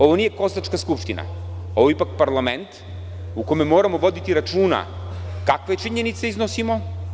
Ovo nije kozačka skupština, ovo je ipak parlamernt u kome moramo voditi računa kakve činjenice iznosimo.